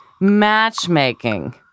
matchmaking